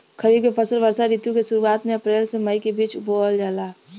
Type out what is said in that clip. खरीफ के फसल वर्षा ऋतु के शुरुआत में अप्रैल से मई के बीच बोअल जाला